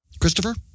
Christopher